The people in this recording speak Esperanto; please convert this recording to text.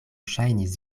ŝajnis